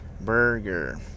burger